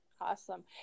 Awesome